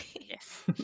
yes